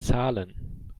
zahlen